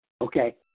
Okay